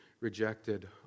rejected